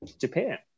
Japan